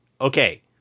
Okay